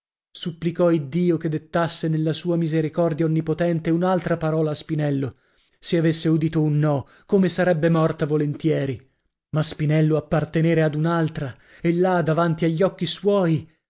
supplicò iddio che dettasse nella sua misericordia onnipotente un'altra parola a spinello se avesse udito un no come sarebbe morta volentieri ma spinello appartenere ad un'altra e là davanti agli occhi suoi